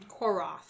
Koroth